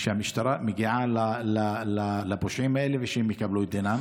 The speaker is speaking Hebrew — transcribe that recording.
שהמשטרה מגיעה לפושעים האלה ושהם יקבלו את דינם.